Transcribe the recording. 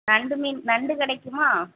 நண்டு மீன் நண்டு கிடைக்குமா